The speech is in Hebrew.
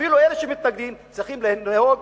אפילו אלה שמתנגדים צריכים לנהוג